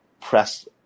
press